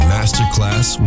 Masterclass